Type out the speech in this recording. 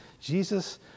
Jesus